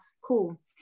Cool